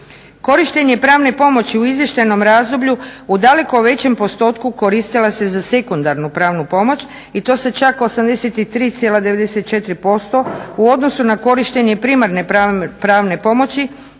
Korištenje pravne pomoći u izvještajnom razdoblju u daleko većem postotku koristila se za sekundarnu pravnu pomoć i to sa čak 83,94% u odnosu na korištenje primarne pravne pomoći